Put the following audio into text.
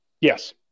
Yes